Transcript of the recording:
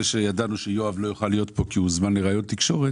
שידענו שיואב קיש לא יוכל להיות כאן כי הוא הוזמן לראיון בתקשורת.